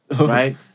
right